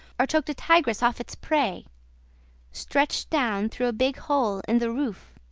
or choked a tigress off its prey stretched down through a big hole in the roof.